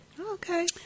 Okay